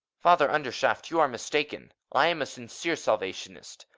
father undershaft you are mistaken i am a sincere salvationist.